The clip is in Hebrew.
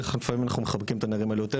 לפעמים אנחנו מכבדים את הנערים האלה יותר,